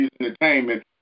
Entertainment